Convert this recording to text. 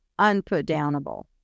unputdownable